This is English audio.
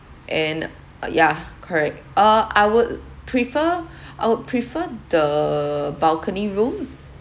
and uh yeah correct uh I would prefer I would prefer the balcony room